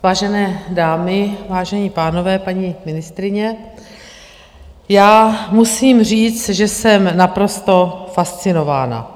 Vážené dámy, vážení pánové, paní ministryně, já musím říct, že jsem naprosto fascinována.